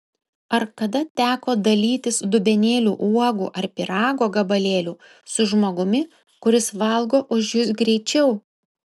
ar kada teko dalytis dubenėliu uogų ar pyrago gabalėliu su žmogumi kuris valgo už jus greičiau